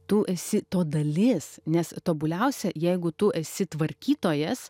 tu esi to dalis nes tobuliausia jeigu tu esi tvarkytojas